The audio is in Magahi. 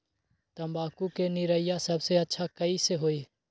तम्बाकू के निरैया सबसे अच्छा कई से होई?